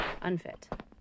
unfit